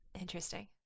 Interesting